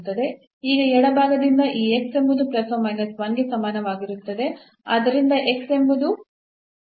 ಈಗ ಎಡಭಾಗದಿಂದ ಈ ಎಂಬುದು ಗೆ ಸಮಾನವಾಗಿರುತ್ತದೆ